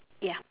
ya